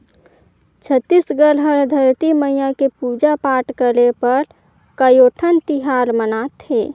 छत्तीसगढ़ हर धरती मईया के पूजा पाठ करे बर कयोठन तिहार मनाथे